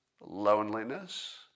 loneliness